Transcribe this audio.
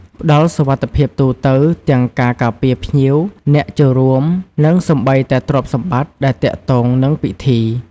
ផ្តល់សុវត្ថិភាពទូទៅទាំងការការពារភ្ញៀវ អ្នកចូលរួម និងសូម្បីតែទ្រព្យសម្បត្តិដែលទាក់ទងនឹងពិធី។